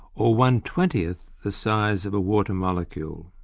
or one-twentieth the size of a water molecule.